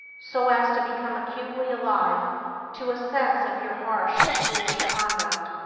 so as to become acutely alive to a sense of your harsh and foolish conduct.